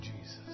Jesus